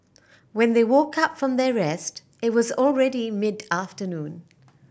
when they woke up from their rest it was already mid afternoon